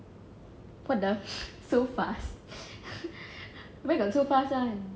what the fu~ so fast where got so fast [one]